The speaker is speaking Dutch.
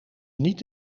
niet